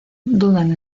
dudan